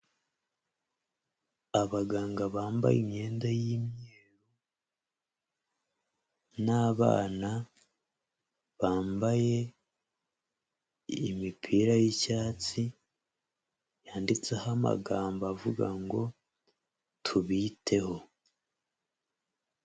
Abaganga bambaye imyenda y'imyeru n'abana bambaye imipira y'icyatsi, yanditseho amagambo avuga ngo tubiteho.